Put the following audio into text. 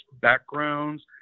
backgrounds